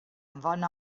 bona